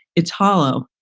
it's hollow.